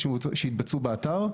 שהתבצעו באתר,